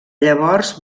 llavors